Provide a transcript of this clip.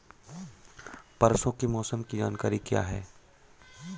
परसों के मौसम की जानकारी क्या है?